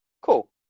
cool